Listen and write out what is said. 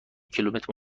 کیلومتر